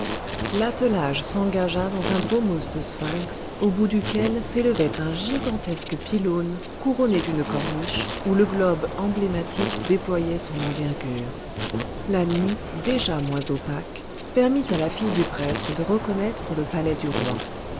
l'attelage s'engagea dans un dromos de sphinx au bout duquel s'élevait un gigantesque pylône couronné d'une corniche où le globe emblématique déployait son envergure la nuit déjà moins opaque permit à la fille du prêtre de reconnaître le palais du roi